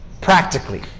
Practically